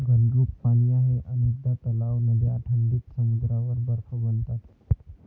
घनरूप पाणी आहे अनेकदा तलाव, नद्या थंडीत समुद्रावर बर्फ बनतात